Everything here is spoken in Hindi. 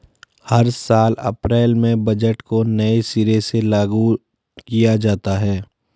हर साल अप्रैल में बजट को नये सिरे से लागू किया जाता है